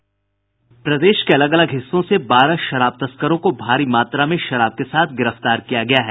प्रदेश के अलग अलग हिस्सों से बारह शराब तस्करों को भारी मात्रा शराब के साथ गिरफ्तार किया गया है